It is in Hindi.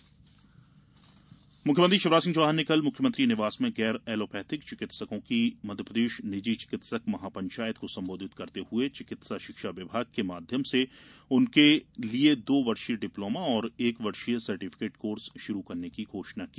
चिकित्सक महापंचायत मुख्यमंत्री शिवराज सिंह चौहान ने कल मुख्यमंत्री निवास में गैर ऐलोपैथिक चिकित्सकों की मध्यप्रदेश निजि चिकित्सक महापंचायत को संबोधित करते हुए चिकित्सा शिक्षा विभाग के माध्यम से उनके लिये दो वर्षीय डिप्लोमा और एक वर्षीय सर्टिफिकेट कोर्स शुरू करने की घोषणा की